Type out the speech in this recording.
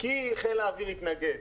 כי חיל האוויר התנגד.